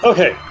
Okay